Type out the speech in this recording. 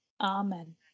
Amen